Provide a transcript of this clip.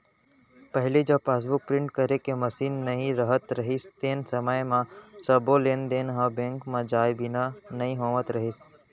पहिली जब passbook print करे के मसीन नइ रहत रहिस तेन समय म सबो लेन देन ह बेंक म जाए बिना नइ होवत रहिस